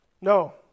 No